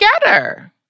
together